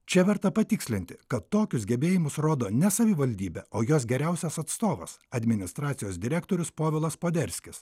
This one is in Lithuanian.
čia verta patikslinti kad tokius gebėjimus rodo ne savivaldybė o jos geriausias atstovas administracijos direktorius povilas poderskis